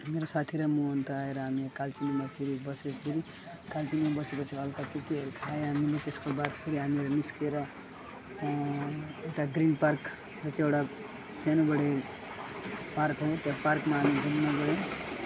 मेरो साथी र म अन्त आएर हामी कालचिनीमा फेरि बसेर फेरि कालचिनीमा बसेपछि हलका के केहरू खायो हामीले त्यसको बाद फेरि हामीले निस्किएर एउटा ग्रिन पार्क त्यहाँ चाहिँ एउटा सानोबडे पार्क हो त्यहाँ पार्कमा हामी घुम्न गयौँ